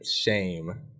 shame